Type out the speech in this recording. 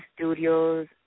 studios